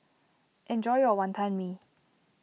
enjoy your Wantan Mee